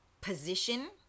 position